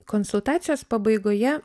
konsultacijos pabaigoje